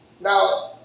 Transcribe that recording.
Now